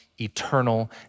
eternal